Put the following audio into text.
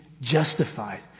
justified